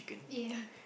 ya